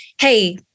hey